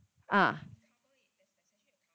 ah